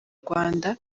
rwanda